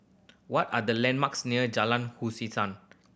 what are the landmarks near Jalan